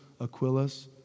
Aquilas